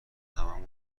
هممون